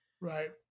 right